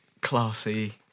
classy